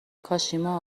کاشیما